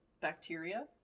bacteria